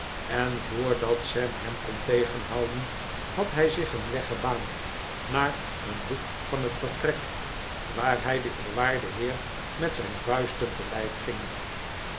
en voordat sam hem kon tegenhouden had hij zich een weg gebaand naar een hoek van het vertrek waar hij den eerwaarden heer met zijn vuisten te lijf ging